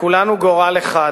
לכולנו גורל אחד,